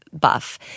buff